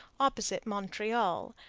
opposite montreal,